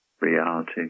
reality